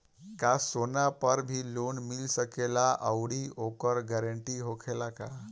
का सोना पर भी लोन मिल सकेला आउरी ओकर गारेंटी होखेला का?